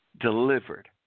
delivered